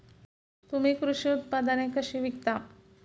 तुम्ही कृषी उत्पादने कशी विकता?